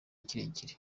kirekire